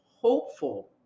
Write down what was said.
hopeful